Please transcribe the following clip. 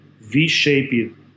V-shaped